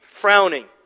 frowning